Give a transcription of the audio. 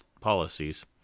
policies